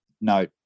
no